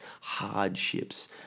hardships